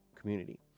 community